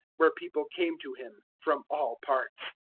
where people came to him from all parts.